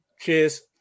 Cheers